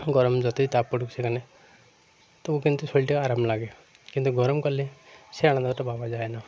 গরম যতই তাপ পড়ুক সেখানে তবু কিন্তু শরীরটা আরাম লাগে কিন্তু গরমকালে সে আনন্দটা পাওয়া যায় না